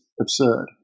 absurd